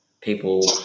people